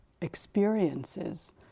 experiences